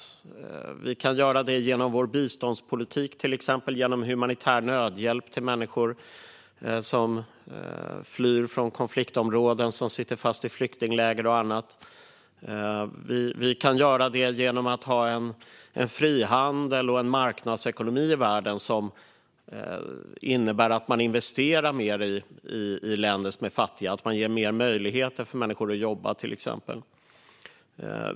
Vi kan till exempel göra det genom vår biståndspolitik och humanitär nödhjälp till människor som flyr från konfliktområden eller sitter fast i flyktingläger. Vi kan göra det genom att ha en frihandel och en marknadsekonomi i världen som innebär att man investerar mer i länder som är fattiga och att man till exempel ger mer möjligheter för människor att jobba.